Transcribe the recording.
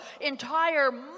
entire